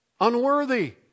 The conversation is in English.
unworthy